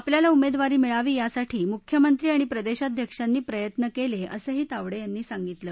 आपल्याला उमद्विारी मिळावी यासाठी मुख्यमंत्री आणि प्रदश्चिध्यक्षांनी प्रयत्न कलिश्विसंही तावड ्यांनी सांगितलं